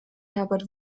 herbert